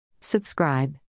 Subscribe